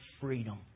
freedom